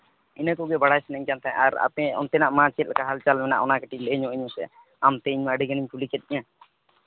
ᱤᱱᱟᱹ ᱠᱚᱜᱮ ᱵᱟᱲᱟᱭ ᱥᱟᱱᱟᱧ ᱠᱟᱱ ᱛᱟᱦᱮᱸᱫ ᱟᱨ ᱟᱯᱮ ᱚᱱᱛᱮᱱᱟᱜ ᱢᱟ ᱪᱮᱫᱞᱮᱠᱟ ᱦᱟᱞᱪᱟᱞ ᱢᱮᱱᱟᱜᱼᱟ ᱚᱱᱟ ᱠᱟᱹᱴᱤᱡ ᱞᱟᱹᱭ ᱧᱚᱜ ᱟᱹᱧ ᱢᱮ ᱟᱢᱛᱮ ᱤᱧ ᱢᱟ ᱟᱹᱰᱤ ᱜᱟᱱᱤᱧ ᱠᱩᱞᱤ ᱠᱮᱫ ᱢᱮᱭᱟ